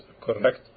correct